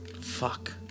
Fuck